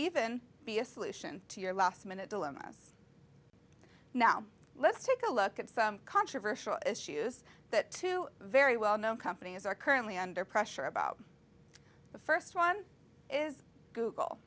even be a solution to your last minute villainess now let's take a look at some controversial issues that two very well known companies are currently under pressure about the first one is google